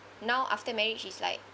now after marriage is like